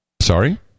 Sorry